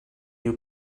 new